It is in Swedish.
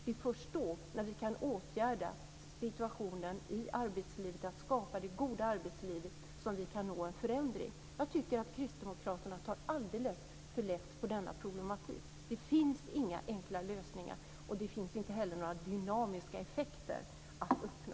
Det är först när vi kan åtgärda situationen i arbetslivet och skapa det goda arbetslivet som vi kan nå en förändring. Jag tycker att Kristdemokraterna tar alldeles för lätt på denna problematik. Det finns inga enkla lösningar, och det finns inte heller några dynamiska effekter att uppnå.